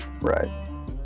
Right